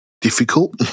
difficult